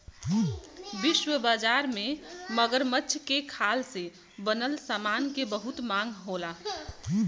विश्व बाजार में मगरमच्छ के खाल से बनल समान के बहुत मांग होला